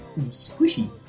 squishy